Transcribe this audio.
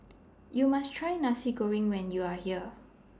YOU must Try Nasi Goreng when YOU Are here